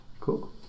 Cool